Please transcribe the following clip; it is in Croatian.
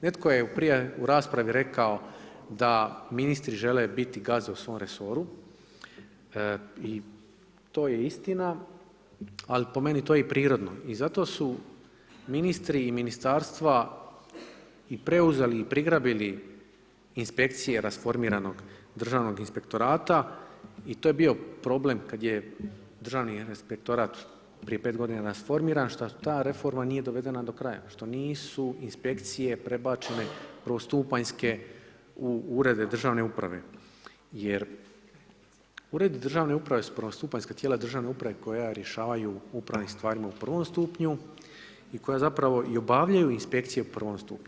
Netko je prije u raspravi rekao da ministri žele biti gazde u svom resoru, i to je istina, ali po meni je to i prirodno i zato su ministri i Ministarstva i preuzeli i prigrabili inspekcije rasformiranog državnog inspektorata i to je bio problem kad je državni inspektorat prije pet godina rasformiran, šta ta reforma nije dovedena do kraja, što nisu inspekcije prebačene u prvostupanjske u urede državne uprave, jer uredi državne uprave su prvostupanjska tijela državne uprave koja rješavaju u upravnim stvarima u prvom stupnju i koja zapravo i obavljaju inspekcije u prvom stupnju.